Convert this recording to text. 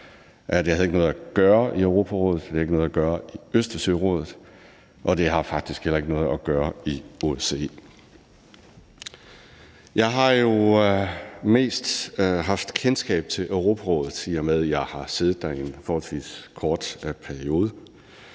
havde ikke noget at gøre i Østersørådet, og det har faktisk heller ikke noget at gøre i OSCE. Jeg har jo mest haft kendskab til Europarådet, i og med at jeg har siddet der i en forholdsvis kort periode.